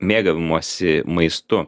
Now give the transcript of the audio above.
mėgavimosi maistu